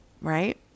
Right